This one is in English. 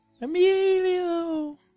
Emilio